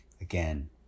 again